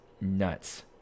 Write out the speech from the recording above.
nuts